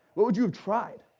what would you have tried?